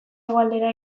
hegoaldera